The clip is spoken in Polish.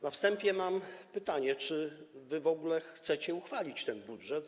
Na wstępie mam pytanie: Czy wy w ogóle chcecie uchwalić ten budżet?